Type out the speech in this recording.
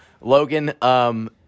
Logan